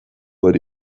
hori